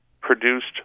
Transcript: produced